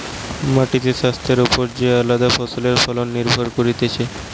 মাটির স্বাস্থ্যের ওপর যে আলদা ফসলের ফলন নির্ভর করতিছে